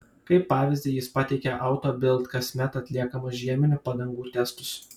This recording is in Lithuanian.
kaip pavyzdį jis pateikė auto bild kasmet atliekamus žieminių padangų testus